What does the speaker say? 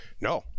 No